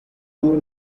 tour